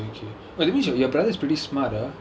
oh okay okay well that means your your brother is pretty smart ah